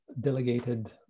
delegated